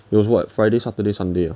it was what friday saturday sunday